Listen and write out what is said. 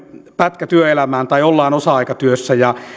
pätkä työelämään tai ollaan osa aikatyössä